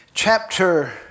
chapter